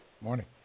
Morning